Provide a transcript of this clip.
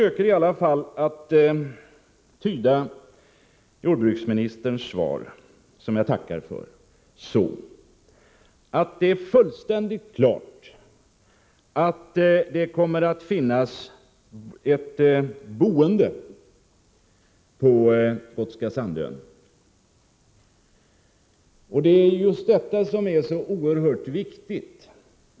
Jag vill i alla fall tyda jordbruksministerns svar — som jag tackar för — så att det är fullständigt klart att det kommer att finnas ett boende på Gotska Sandön. Det är oerhört viktigt.